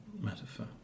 metaphor